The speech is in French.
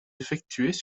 effectués